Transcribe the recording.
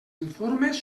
informes